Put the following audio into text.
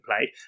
played